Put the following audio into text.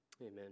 Amen